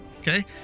okay